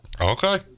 Okay